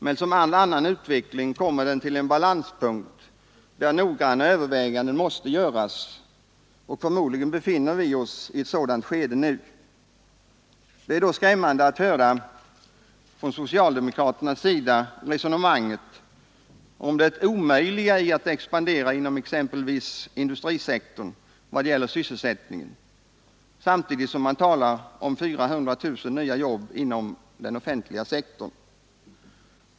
Men som all annan utveckling kommer den till en balanspunkt där noggranna avväganden måste göras, och förmodligen befinner vi oss i ett sådant skede nu. Det är då skrämmande att från socialdemokraternas sida höra resonemanget om det omöjliga i att expandera inom exempelvis industrisektorn vad gäller sysselsättningen, samtidigt som man talar om 400 000 nya jobb inom den offentliga sektorn.